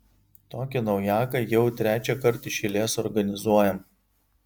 tokį naujaką jau trečiąkart iš eilės organizuojam